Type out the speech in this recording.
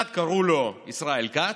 אחד קראו לו ישראל כץ,